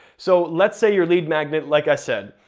so let's say your lead magnet, like i said,